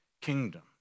kingdom